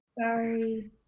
Sorry